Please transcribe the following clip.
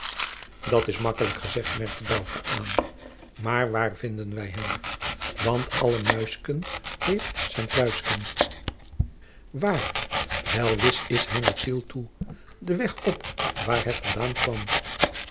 dat is gemakkelijk gezeid merkte bouke aan maar waar vinden wij hem want alle muisken heeft zijn kluisken waar wel wis is hij naar tiel toe den weg op waar hij van daan kwam